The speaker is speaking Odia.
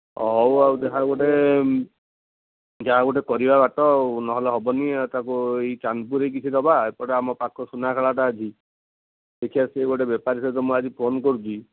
ହଉ ଆଉ ଯାହା ଗୋଟେ ଯାହା ଗୋଟେ କରିବା ବାଟ ଆଉ ନହେଲେ ହେବନି ତାକୁ ଏ ଚାନ୍ଦପୁରରେ କିଛି ଦେବା ଏପଟେ ଆମ ପାଖ ସୁନାଖଳାଟା ଅଛି ଦେଖିବା ସେ ଗୋଟେ ବେପାରୀ ସହିତ ମୁଁ ଆଜି ଫୋନ୍ କରୁଛି